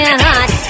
hot